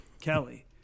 Kelly